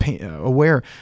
aware